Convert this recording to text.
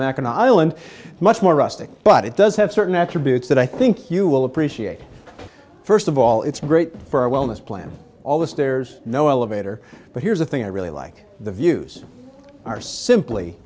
mackinaw island much more rustic but it does have certain attributes that i think you will appreciate first of all it's great for a wellness plan all the stairs no elevator but here's the thing i really like the views are simply